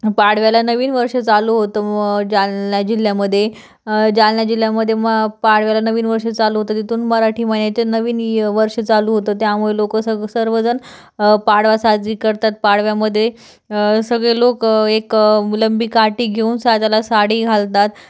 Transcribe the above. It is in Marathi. पाडव्याला नवीन वर्ष चालू होतं व जालना जिल्ह्यामध्ये जालना जिल्ह्यामध्ये मग पाडव्याला नवीन वर्ष चालू होतं तिथून मराठी महिन्याचे नवीन य वर्ष चालू होतं त्यामुळे लोक सग सर्वजण पाडवा साजरी करतात पाडव्यामध्ये सगळे लोक एक लंबी काठी घेऊन साजाला साडी घालतात